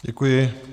Děkuji.